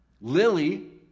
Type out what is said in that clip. Lily